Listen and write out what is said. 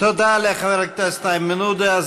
תודה לחבר הכנסת איימן עודה.